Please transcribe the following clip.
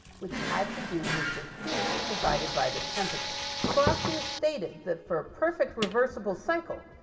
which had to do with the heat divided by the temperature. clausius stated that for a perfect reversible cycle,